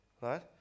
right